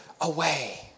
away